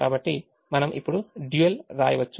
కాబట్టి మనం ఇప్పుడు dual వ్రాయవచ్చు